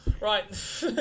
Right